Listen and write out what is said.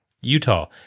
Utah